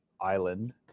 island